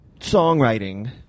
songwriting